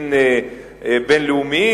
לבתי-דין בין-לאומיים,